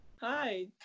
Hi